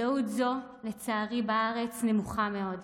לצערי מודעות זו בארץ נמוכה מאוד,